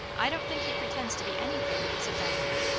i don't think he pretends to be anything, said diana.